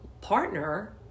partner